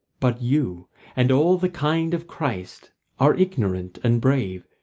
but you and all the kind of christ are ignorant and brave,